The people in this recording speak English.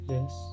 Yes